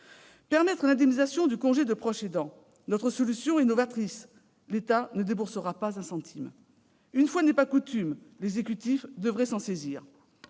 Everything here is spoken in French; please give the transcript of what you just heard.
permettre l'indemnisation du congé de proche aidant, notre solution est novatrice. L'État ne déboursera pas un centime- une fois n'est pas coutume -, et l'exécutif devrait s'en saisir